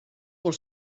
por